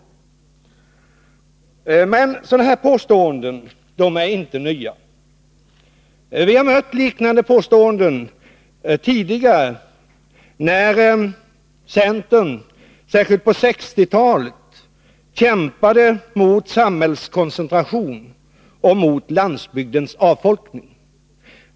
Men sådana här påståenden är inte nya. Vi har mött liknande påståenden tidigare, när centern, speciellt på 1960-talet, kämpat mot samhällskoncentration och mot landsbygdens avfolkning.